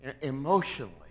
emotionally